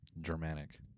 Germanic